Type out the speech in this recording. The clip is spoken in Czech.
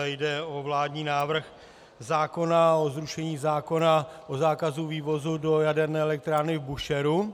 Jde o vládní návrh zákona o zrušení zákona o zákazu vývozu do jaderné elektrárny v Búšehru.